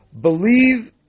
believe